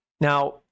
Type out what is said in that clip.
Now